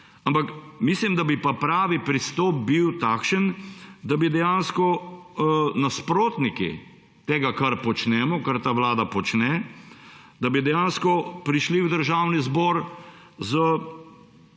ampak mislim, da bi pravi pristop bil takšen, da bi dejansko nasprotniki tega, kar počnemo, kar ta vlada počne, da bi dejansko prišli v Državni zbor z